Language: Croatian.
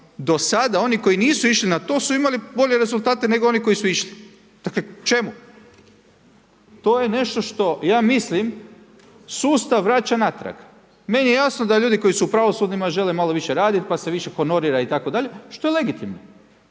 do sada oni koji nisu išli na to su imali bolje rezultate nego oni koji su išli. Dakle čemu? To je nešto što ja mislim sustav vraća natrag. Meni je jasno da ljudi koji su u pravosudnima žele malo više raditi, pa se više honorira itd., što je legitimno.